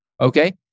okay